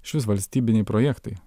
išvis valstybiniai projektai